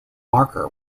marker